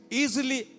easily